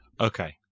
Okay